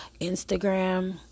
Instagram